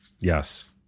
Yes